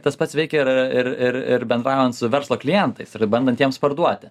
tas pats veikia ir ir ir ir bendraujant su verslo klientais ir bandant jiems parduoti